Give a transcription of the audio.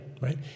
right